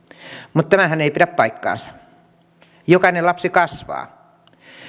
mutta tämähän ei pidä paikkaansa jokainen lapsi kasvaa